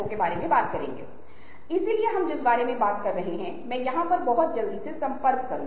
और सबसे महत्वपूर्ण हिस्सा यह है कि व्यवहार को कैसे संशोधित किया जाए